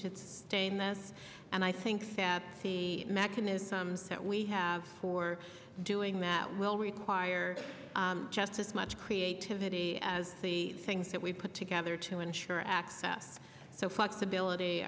to stay in this and i think that the mechanism that we have for doing that will require just as much creativity as the things that we put together to ensure access so flexibility